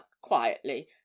quietly